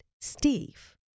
Steve